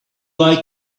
like